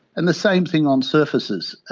and the same thing on surfaces.